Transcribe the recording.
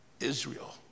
Israel